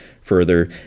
further